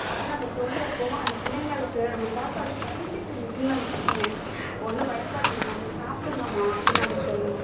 அப்படி நம்ம சொல்றப்போதும் அந்த பிள்ளைங்களுக்கு நம்ம பார்த்தா அப்டி பயந்துக்கிட்டு நிற்குங்க அந்த பிள்ளைங்க ஒன்றும் பயப்படாதீங்கம்மா நீங்கள் சாப்பிடுங்கம்மா அப்படின் நம்ம சொல்லணும்